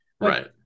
Right